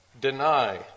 deny